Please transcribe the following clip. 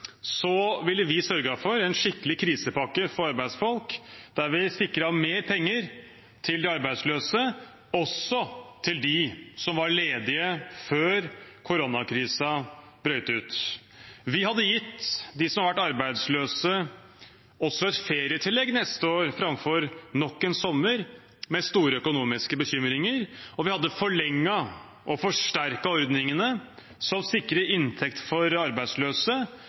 ville vi sørget for en skikkelig krisepakke for arbeidsfolk der vi sikret mer penger til de arbeidsløse, også til dem som var ledige før koronakrisen brøt ut. Vi hadde gitt dem som har vært arbeidsløse, et ferietillegg neste år framfor nok en sommer med store økonomiske bekymringer, og vi hadde forlenget og forsterket ordningene som sikrer inntekt for arbeidsløse,